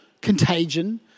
contagion